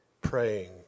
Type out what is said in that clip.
praying